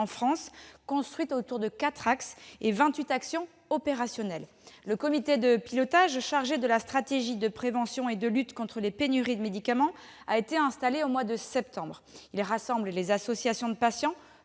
France », construite autour de quatre axes et de vingt-huit actions opérationnelles. Le comité de pilotage chargé de la stratégie de prévention et de lutte contre les pénuries de médicaments a été installé au mois de septembre. Il rassemble les associations de patients,